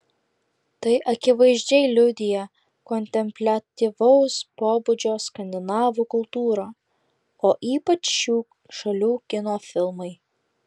tai akivaizdžiai liudija kontempliatyvaus pobūdžio skandinavų kultūra o ypač šių šalių kino filmai